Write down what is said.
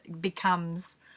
becomes